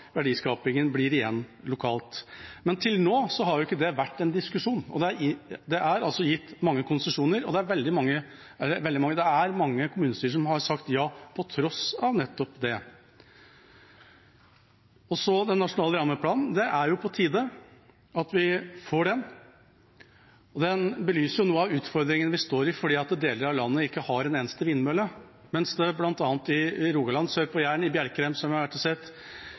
verdiskapingen blir igjen lokalt. Men til nå har jo ikke det vært en diskusjon. Det er gitt mange konsesjoner, og det er mange kommunestyrer som har sagt ja – på tross av nettopp det. Så til den nasjonale rammeplanen: Det er på tide at vi får den. Det belyser noe av utfordringen vi står overfor, for deler av landet har ikke en eneste vindmølle, mens det er det bl.a. i Rogaland, sør på Jæren i Bjerkreim, som vi har vært og sett